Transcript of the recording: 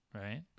right